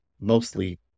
mostly